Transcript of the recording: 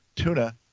Tuna